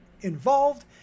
involved